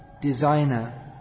designer